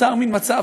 נוצר מין מצב,